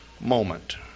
moment